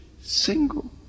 single